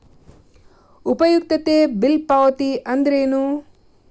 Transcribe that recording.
ಉಪಯುಕ್ತತೆ ಬಿಲ್ ಪಾವತಿ ಅಂದ್ರೇನು?